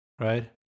right